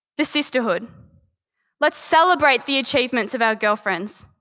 the sisterhood let's celebrate the achievements of our girlfriends.